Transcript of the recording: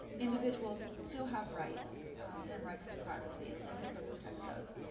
individuals still have rights and rights to privacy and hipaa protects those.